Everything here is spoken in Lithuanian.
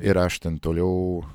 ir aš ten toliau